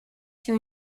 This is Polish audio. się